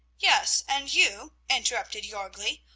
yes, and you, interrupted jorgli,